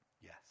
Yes